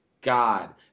God